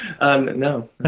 No